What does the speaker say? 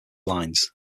lines